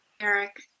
Eric